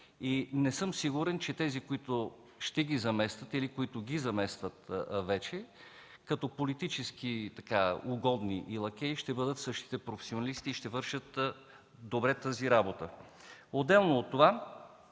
и не съм сигурен, че тези, които ще ги заместят или които вече ги заместват, като политически угодни и лакеи ще бъдат същите професионалисти и ще вършат добре тази работа. Отделно от това